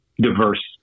diverse